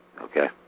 okay